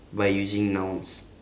by using nouns